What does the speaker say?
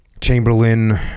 Chamberlain